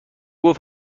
گفت